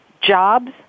jobs